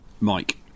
Mike